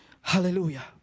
Hallelujah